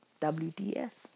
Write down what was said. WDS